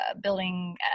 building